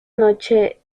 noche